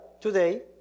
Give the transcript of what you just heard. today